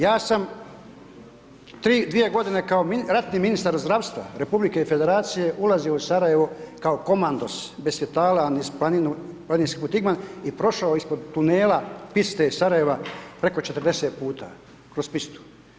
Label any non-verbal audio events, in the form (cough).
Ja sam 2 g. kao ratni ministar zdravstva Republike Federacije ulazio u Sarajevu kao komandos bez svijetla niz planinu … (unintelligible) i prošao ispod tunela piste Sarajeva preko 40 puta, kroz pistu.